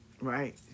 Right